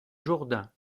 jourdain